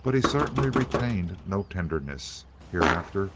but he certainly retained no tenderness. hereafter